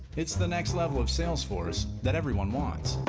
it's the next level of salesforce that everyone wants.